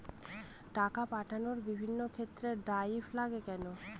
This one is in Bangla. টাকা পাঠানোর বিভিন্ন ক্ষেত্রে ড্রাফট লাগে কেন?